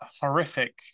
horrific